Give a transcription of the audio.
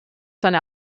seine